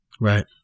Right